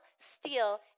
steal